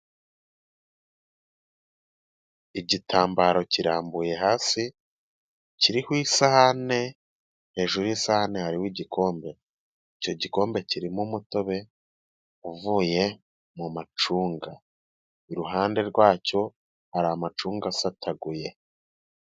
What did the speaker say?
Igitambaro kirambuye hasi kiriho isahane hejuru y'isahane hariho igikombe, icyo gikombe kirimo umutobe uvuye mu macunga, iruhande rwacyo hari amacunga asataguye.